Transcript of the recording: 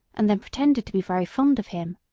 and then pretended to be very fond of him.